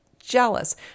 jealous